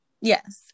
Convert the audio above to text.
Yes